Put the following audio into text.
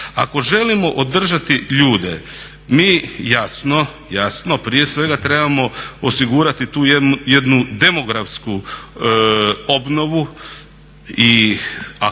Ako želimo održati ljude, mi jasno, jasno, prije svega trebamo osigurati tu jednu demografsku obnovu i, a